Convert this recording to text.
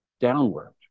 downward